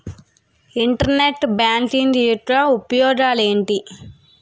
Internet banking యెక్క ఉపయోగాలు ఎంటి?